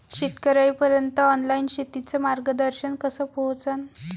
शेतकर्याइपर्यंत ऑनलाईन शेतीचं मार्गदर्शन कस पोहोचन?